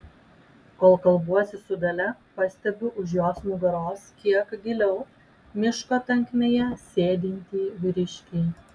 kol kalbuosi su dalia pastebiu už jos nugaros kiek giliau miško tankmėje sėdintį vyriškį